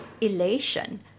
elation